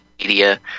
media